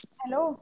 hello